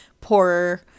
poorer